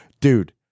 dude